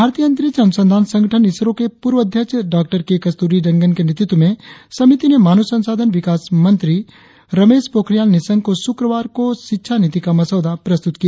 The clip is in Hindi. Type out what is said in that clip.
भारतीय अंतरिक्ष अनुसंधान संगठन इसरो के पूर्व अध्यक्ष डॉक्टर के कस्तूरीरंगन के नेतृत्व में समिति ने मानव संसाधन विकास मंत्री रमेश पोखरियाल निशंक को शुक्रवार को शिक्षा नीति का मसौदा प्रस्तुत किया